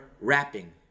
rapping